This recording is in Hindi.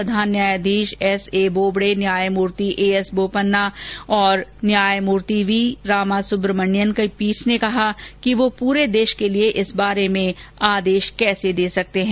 प्रधान न्यायाधीश एसए बोबड़े न्यायमूर्ति एएस बोपन्ना और न्यायमूर्ति वी रामासुब्रमणियन की पीठ ने कहा कि वह पूरे देश के लिए इस बारे में आदेश कैसे दे सकते हैं